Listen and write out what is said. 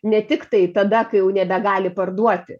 ne tik tai tada kai jau nebegali parduoti